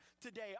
today